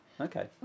Okay